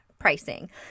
pricing